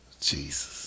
Jesus